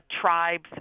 tribes